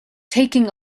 taking